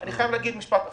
אני חייב להגיד משפט אחרון: